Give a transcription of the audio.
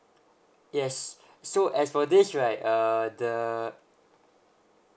yes so as for this right uh the